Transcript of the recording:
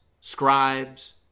scribes